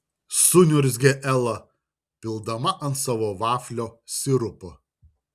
suniurzgė ela pildama ant savo vaflio sirupo